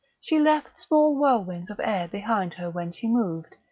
she left small whirlwinds of air behind her when she moved,